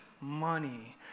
money